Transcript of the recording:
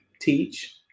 teach